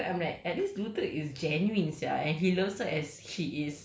seeing the way ray treated her I'm like at least luther is genuine sia and